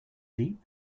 deep